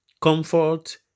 comfort